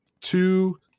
two